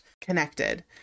connected